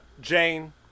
Jane